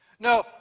No